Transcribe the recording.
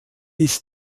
ist